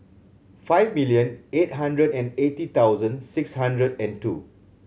five million eight hundred and eighty thousand six hundred and two